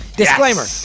Disclaimer